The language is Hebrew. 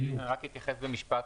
אני רק אתייחס במשפט